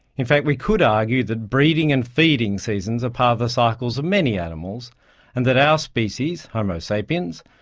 in fact, we could argue that breeding and feeding seasons are part of the cycles of many animals and that our species, homo sapiens,